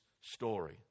story